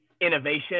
innovation